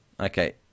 Okay